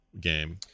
game